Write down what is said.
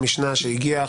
המשנה שהגיעה,